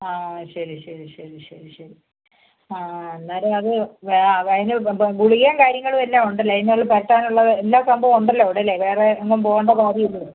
ആ ആ ശരി ശരി ശരി ശരി ശരി ആ ആ അന്നേരം അത് ആ അതിന് ഗുളികയും കാര്യങ്ങളും എല്ലാം ഉണ്ടല്ലോ അതിന് ഒരു പെരട്ടാൻ ഉള്ളത് എല്ലാം സംഭവം ഉണ്ടല്ലോ അവിടെ അല്ലേ വേറെ എങ്ങും പോവണ്ട കാര്യ ഇല്ലല്ലോ